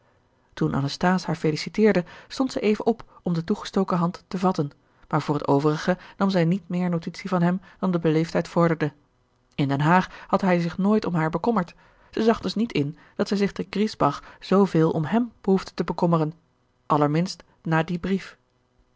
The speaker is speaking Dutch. toen anasthase haar feliciteerde stond ze even op om de toegestoken hand te vatten maar voor het overige nam zij niet meer notitie van hem dan de beleefdheid vorderde in den haag had hij zich nooit om haar bekommerd zij zag dus niet in dat zij zich te griesbach zooveel om hem behoefde te bekommeren allerminst na dien brief